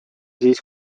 siis